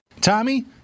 Tommy